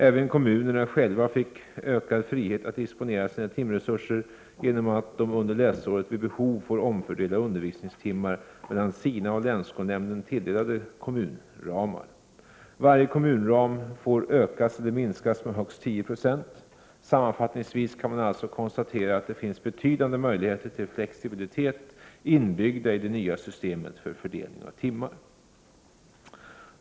Även kommunerna själva fick ökad frihet att disponera sina timresurser genom att de under läsåret vid behov får omfördela undervisningstimmar mellan sina av länsskolnämnden tilldelade kommunramar. Varje kommunram får ökas eller minskas med högst 10 96. Sammanfattningsvis kan man alltså konstatera att det finns betydande möjligheter till flexibilitet inbyggda i det nya systemet för fördelning av timmar.